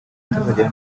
hatazagira